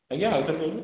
ଆଜ୍ଞା ଆଉଥରେ କହିଲେ